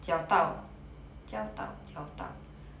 教导